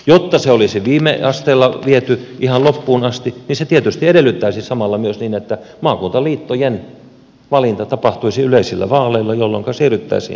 jotta se olisi viime asteella viety ihan loppuun asti niin se tietysti edellyttäisi samalla myös niin että maakuntaliittojen valinta tapahtuisi yleisillä vaaleilla jolloinka siirryttäisiin eurooppalaiseen malliin